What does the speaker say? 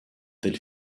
del